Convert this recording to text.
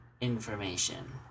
information